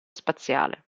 spaziale